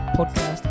podcast